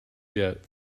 jet